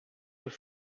have